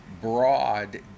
broad